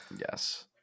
yes